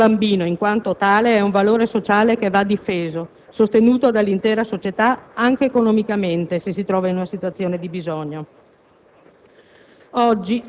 Insomma, ogni bambino in quanto tale, è un valore sociale che va difeso e sostenuto dall'intera società anche economicamente, se si trova in una situazione di bisogno.